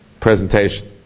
presentation